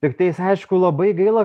tiktais aišku labai gaila